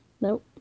Nope